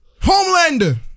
Homelander